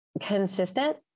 consistent